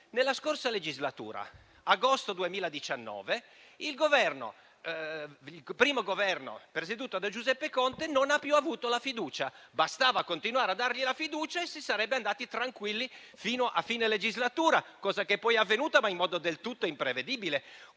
Nella scorsa legislatura, ad agosto 2019, il primo Governo presieduto da Giuseppe Conte non ha più avuto la fiducia; sarebbe bastato continuare a dargli la fiducia e si sarebbe andati tranquillamente fino a fine legislatura, cosa che poi è avvenuta ma in modo del tutto imprevedibile,